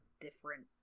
different